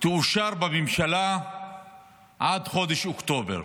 תאושר בממשלה עד חודש אוקטובר.